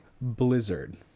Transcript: Blizzard